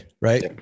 right